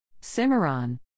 Cimarron